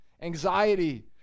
Anxiety